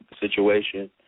situation